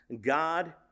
God